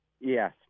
Yes